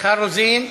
מיכל רוזין,